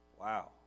Wow